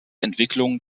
entwicklung